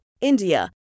India